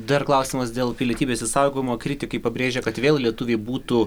dar klausimas dėl pilietybės išsaugojimo kritikai pabrėžia kad vėl lietuviai būtų